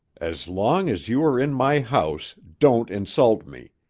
as long as you are in my house, don't insult me.